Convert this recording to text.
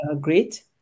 great